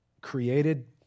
created